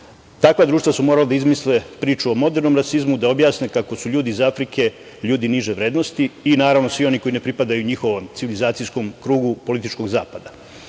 društva su morala da izmisle priču o modernom rasizmu, da objasne kako su ljudi iz Afrike ljudi niže vrednosti i, naravno, svi oni koji ne pripadaju njihovom civilizacijskom krugu političkog zapada. Vidite,